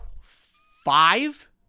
five